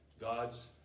God's